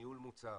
ניהול מוצר,